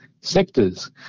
sectors